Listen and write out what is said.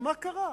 מה קרה?